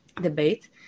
debate